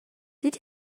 did